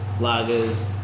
lagers